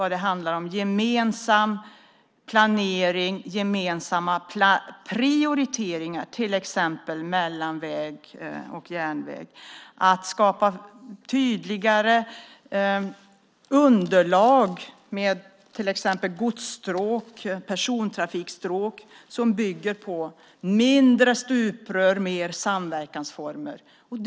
Det handlar om gemensam planering och gemensamma prioriteringar mellan till exempel väg och järnväg. Det gäller att skapa tydligare underlag med till exempel godsstråk och persontrafikstråk. Det bygger på färre stuprör och fler samverkansformer.